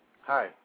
Hi